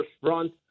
front